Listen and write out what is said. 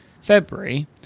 February